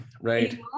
Right